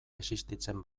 existitzen